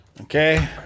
Okay